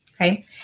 Okay